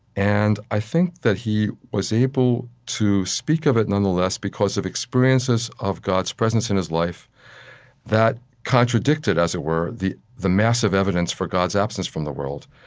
and i think that he was able to speak of it, nonetheless, because of experiences of god's presence in his life that contradicted, as it were, the the massive evidence for god's absence from the world.